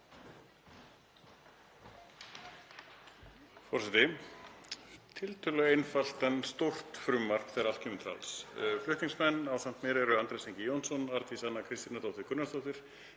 Forseti. Tiltölulega einfalt en stórt frumvarp þegar allt kemur til alls. Flutningsmenn ásamt mér eru Andrés Ingi Jónsson, Arndís Anna Kristínardóttir Gunnarsdóttir,